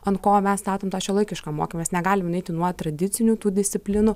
ant ko mes statom tą šiuolaikišką mokymą mes negalim nueiti nuo tradicinių tų disciplinų